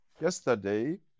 yesterday